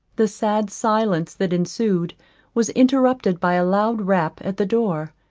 the sad silence that ensued was interrupted by a loud rap at the door.